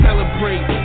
Celebrate